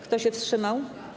Kto się wstrzymał?